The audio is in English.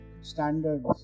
standards